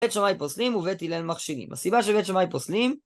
בית שמאי פוסלים ובית הילל מכשירים, הסיבה שבית שמאי פוסלים